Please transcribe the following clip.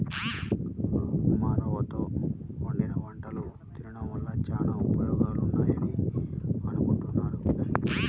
ఉప్మారవ్వతో వండిన వంటలు తినడం వల్ల చానా ఉపయోగాలున్నాయని అనుకుంటున్నారు